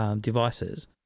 devices